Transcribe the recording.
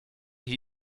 hier